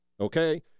okay